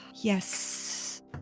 Yes